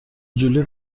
جولی